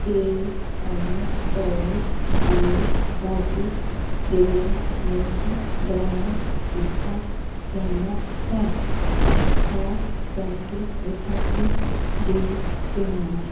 ਇਹ ਆਮ ਤੌਰ 'ਤੇ ਵਾਢੀ ਦੇ ਮੌਸਮ ਦੌਰਾਨ ਕੀਤਾ ਜਾਂਦਾ ਹੈ ਖ਼ਾਸ ਕਰਕੇ ਵਿਸਾਖੀ ਦੇ ਤਿਉਹਾਰ